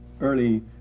early